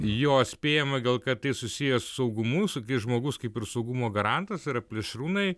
jo spėjama gal kad tai susiję su saugumu su kai žmogus kaip ir saugumo garantas yra plėšrūnai